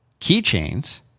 keychains